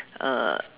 uh